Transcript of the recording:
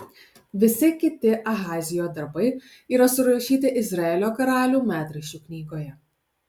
visi kiti ahazijo darbai yra surašyti izraelio karalių metraščių knygoje